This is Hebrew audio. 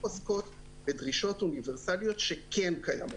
פוסקות ודרישות אוניברסליות שכן קיימות.